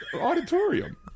auditorium